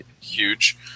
huge